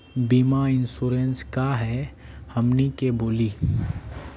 बीमा इंश्योरेंस का है हमनी के बोली?